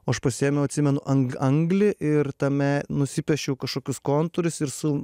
o aš pasiėmiau atsimenu an anglį ir tame nusipiešiau kažkokius kontūrus ir su